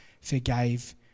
forgave